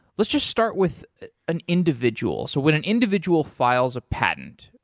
let's just start with an individual. so when an individual files a patent,